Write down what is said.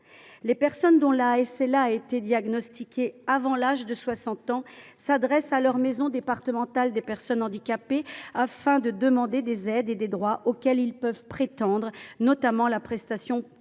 lesquelles la SLA a été diagnostiquée avant l’âge de 60 ans s’adressent à leur maison départementale des personnes handicapées afin de demander les aides et les droits auxquels elles peuvent prétendre, notamment la prestation de